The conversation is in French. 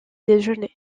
déjeuner